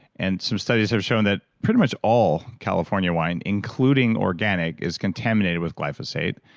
and some studies have shown that pretty much all california wine including organic, is contaminated with glyphosate.